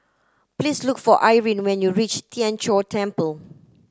please look for Irene when you reach Tien Chor Temple